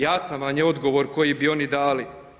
Jasan vam je odgovor koji bi oni dali.